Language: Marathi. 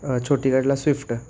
छोटी गाडीला स्विफ्ट